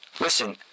Listen